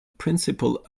principle